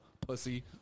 Pussy